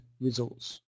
results